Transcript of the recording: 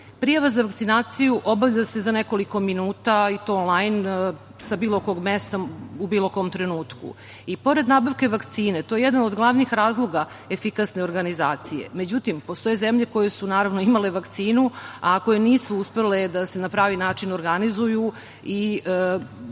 za vakcinaciju obavlja se za nekoliko minuta i to onlajn sa bilo kog mesta u bilo kom trenutku i, pored nabavke vakcine, to je jedan od glavnih razloga efikasne organizacije. Međutim, postoje zemlje koje su naravno imale vakcinu, a koje nisu uspeli da se na pravi način organizuju i